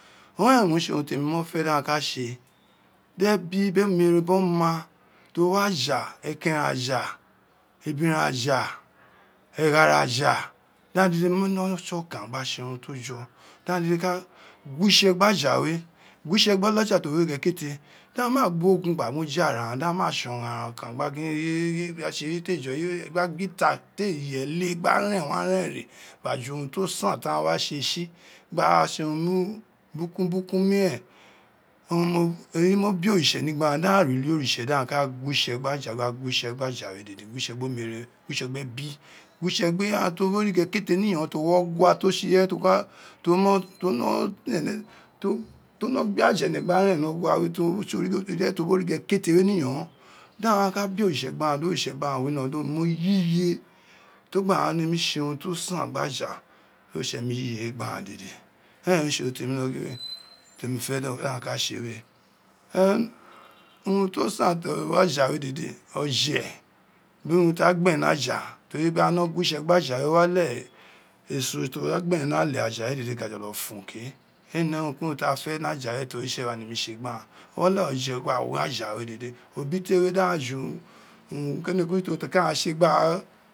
Bo to we na ra ro to leghe olokeren we we di we gba ra bi iyere biri owa re bo to we ni ara ri gigo won go ri gbe re o utse ti won buwo tse we san gbere o tsi tsi emi ono keren temi gba no study no gba tson utse ro utse ro wu ma and o sengha to ni ono keren o go tie wan ono keren temi fe mee olo keren to go begho uwan o ka leghe mi gba study no gba ma gin gin eyiwe temi fe we utse rimi fe o ne tee me fe o ju tsi and owa ni biri iye mi aghan de lati ma di mee gha olo keren we e ka leghe mi gba agb ba iye mi biri owa mi owa ni biri iye mi kada mu ira geb daghan gba wa aghan ka da ma ubo ti wou kele wa kuno ke dai si mu mi gba mu gbe desi temion mi tsi du mee si do